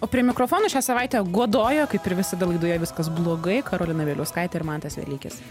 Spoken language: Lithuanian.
o prie mikrofonų šią savaitę godojo kaip ir visada laidoje viskas blogai karolina bieliauskaitė ir mantas velykis